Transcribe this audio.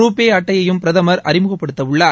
ரூபே அட்டையையும் பிரதமர் அறிமுகப்படுத்தவுள்ளார்